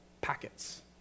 packets